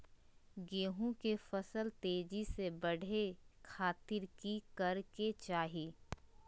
गेहूं के फसल तेजी से बढ़े खातिर की करके चाहि?